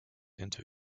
into